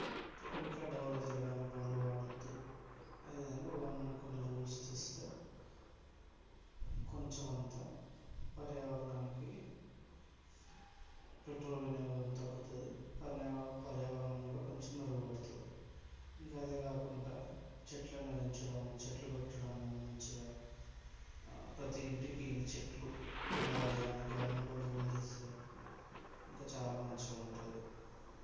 ఊరికే డోల తిరగడానికి బండ్లు వాడొద్దు అది ఇది అని గవర్నమెంట్ కొన్ని రూల్స్ తెస్తే కొంచెం అంతా పర్యావరణానికి పెట్రోల్ వినియోగం తగ్గుతుంది పనియా పర్యావరణం కూడా కొంచెం మెరుగుపడుతుంది ఇంకా అదే కాకుండా చెట్లను పెంచడము చెట్లు పెట్టడము మంచిగా ప్రతి ఇంటికి ఇన్ని చెట్లు ఉండాలి అని గవర్నమెంట్ ఒక రూల్ తెస్తే ఇంకా చాలా మంచిగా ఉంటుంది